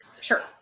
Sure